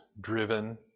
driven